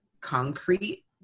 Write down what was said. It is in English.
concrete